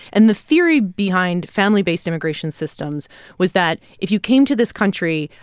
and the theory behind family-based immigration systems was that if you came to this country,